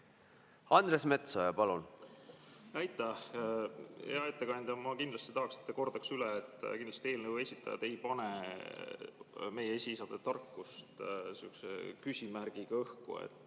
Andres Metsoja, palun! Aitäh! Hea ettekandja! Ma kindlasti tahaks, et te kordaks üle, et kindlasti eelnõu esitajad ei pane meie esiisade tarkust sihukese küsimärgiga õhku.